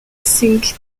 sink